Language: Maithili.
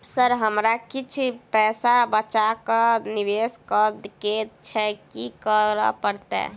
सर हमरा किछ पैसा बचा कऽ निवेश करऽ केँ छैय की करऽ परतै?